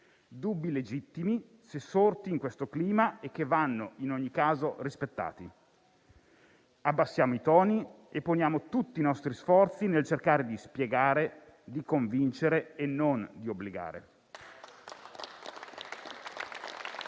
dubbi legittimi, se sorti in questo clima, e che vanno in ogni caso rispettati. Abbassiamo i toni e poniamo tutti i nostri sforzi nel cercare di spiegare, di convincere e non di obbligare.